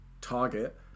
target